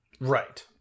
Right